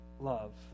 love